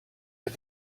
had